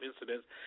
incidents